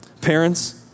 Parents